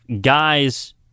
guys